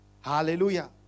Hallelujah